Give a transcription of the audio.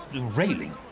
railing